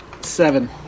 Seven